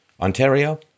Ontario